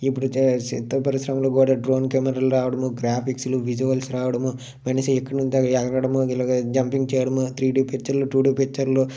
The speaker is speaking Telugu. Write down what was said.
ఇప్పుడు చిత్ర పరిశ్రమలో కూడా డ్రోన్ కెమెరాలు రావడము గ్రాఫిక్స్లు విజువల్స్ రావడము మనిషి ఇక్కడి నుంచి ఎగరడము ఇలాగ జంపింగ్ చేయడము త్రీ డి పిచ్చర్లు టూ డి పిచ్చర్లు